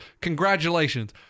Congratulations